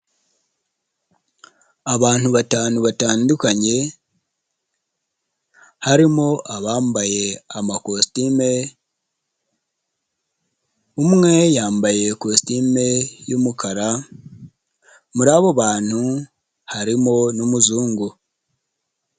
Abantu batanu batandukanye harimo abambaye amakositime, umwe yambaye kositime y'umukara, muri abo bantu harimo n'umuzungu.